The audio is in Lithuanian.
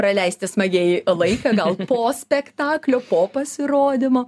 praleisti smagiai laiką gal po spektaklio po pasirodymo